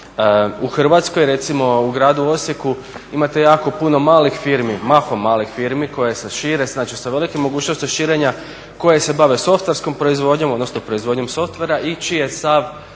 u Hrvatskoj. Recimo u gradu Osijeku imate jako puno malih firmi, mahom malih firmi koje se šire, znači sa velikom mogućnošću širenja koje se bave softverskom proizvodnjom, odnosno proizvodnjom softvera i čiji je sav